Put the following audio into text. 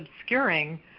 obscuring